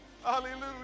hallelujah